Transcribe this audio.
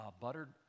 buttered